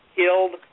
killed